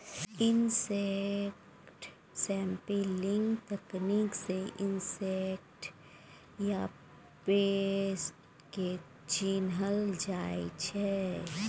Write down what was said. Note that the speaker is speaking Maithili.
इनसेक्ट सैंपलिंग तकनीक सँ इनसेक्ट या पेस्ट केँ चिन्हल जाइ छै